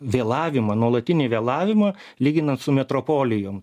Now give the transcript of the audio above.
vėlavimą nuolatinį vėlavimą lyginant su metropolijom